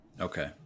Okay